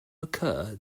occur